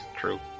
True